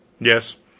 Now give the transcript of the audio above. yes,